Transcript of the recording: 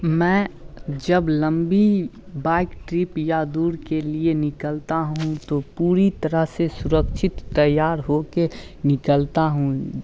मैं जब लंबी बाइक ट्रिप या दूर के लिए निकलता हूँ तो पूरी तरह से सुरक्षित तैयार होकर निकलता हूँ